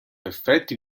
effetti